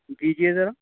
دیجیے ذرا